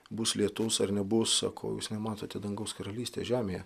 bus lietus ar nebus sako o jūs nematote dangaus karalystės žemėje